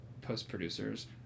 post-producers